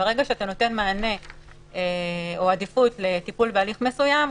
ברגע שאתה נותן מענה או עדיפות לטיפול בהליך מסוים,